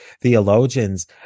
theologians